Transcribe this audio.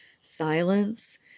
silence